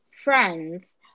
Friends